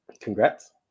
Congrats